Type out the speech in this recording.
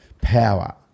power